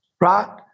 right